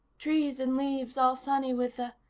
trees and leaves all sunny with the.